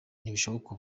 ntibishoboka